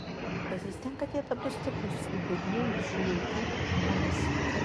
pasistenk kad jie taptų stiprūs kaip bedieviai šių laikų žmonės